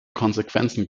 konsequenzen